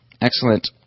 Excellent